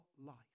life